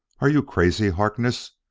are you crazy, harkness?